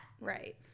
Right